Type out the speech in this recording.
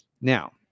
now